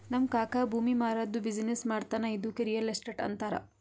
ನಮ್ ಕಾಕಾ ಭೂಮಿ ಮಾರಾದ್ದು ಬಿಸಿನ್ನೆಸ್ ಮಾಡ್ತಾನ ಇದ್ದುಕೆ ರಿಯಲ್ ಎಸ್ಟೇಟ್ ಅಂತಾರ